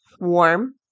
warm